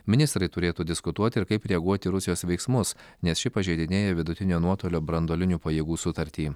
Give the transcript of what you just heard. ministrai turėtų diskutuoti ir kaip reaguoti į rusijos veiksmus nes ši pažeidinėja vidutinio nuotolio branduolinių pajėgų sutartį